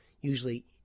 usually